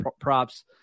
props